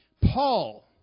Paul